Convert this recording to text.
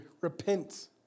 repent